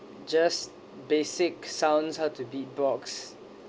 just basic sounds how to beatbox